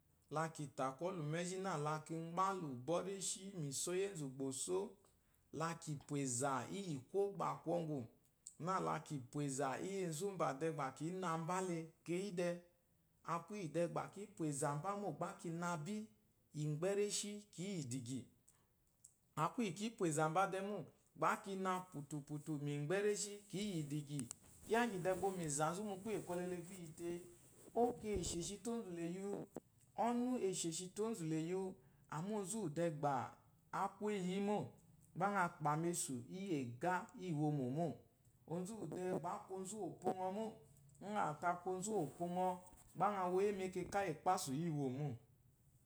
La kì tà kwɔ́lù mu ɛ́zhí nâ la ki gbɛ́ álù bɔ́ réshi mu ìsoo íyì énzù bà ó só, la kì pwà ɛ̀zà íyì kwɔ́gbà kwɔŋgwù nâ la kì pwà ɛ̀zà íyì enzu mbà dɛɛ gbá kǐ na mbá le keyi dɛ. A kwu íyì dɛɛ gbá kí pwà ɛ́zà mbá mô gbá ki na bí, ìmgbɛ́ réshí kǐ yi ìdìgyì, a kwu íyì kí pwà ɛ̀zà mbá dɛ mô gbá ki na pwùtùpwù, mu ìmbɛ́ réshí, kǐ yi ìdìgyì. Kyiya íŋgyì dɛɛ gbà o yi mu ìzà nzú mu kwúyè kwɔlɛ le gbá i yi tee, óko è shòshi te oónzù la è yi wu, ɔ́nú è shòshi te oónzù la è yi wu, àmá onzu úwù dɛɛ gbà á kwu éyi yí mô gbá ŋa kpà mu mesù íyì ɛ̀gá î wòmò mô. Onzu úwù dɛɛ gbà á kwu onzu úwù òpo ŋɔ mô ŋ́ ŋaà te a kwu onzu úwù òpo ŋɔ, gba ŋa wo yí mu ɛkɛkà íyì ɛkpásù, î wò mô.